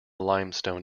limestone